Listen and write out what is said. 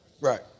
Right